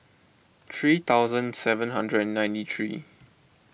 three thousand seven hundred and ninety three